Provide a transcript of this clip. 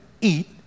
eat